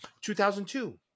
2002